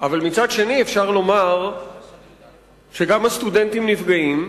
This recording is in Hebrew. אבל מצד שני אפשר לומר גם שהסטודנטים נפגעים,